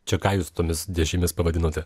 čia ką jūs tomis dėžėmis pavadinote